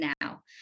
now